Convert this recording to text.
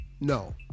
No